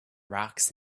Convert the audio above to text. rocks